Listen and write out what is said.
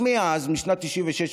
אז מאז, משנת 1996,